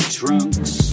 trunks